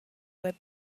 web